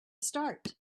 start